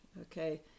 okay